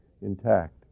intact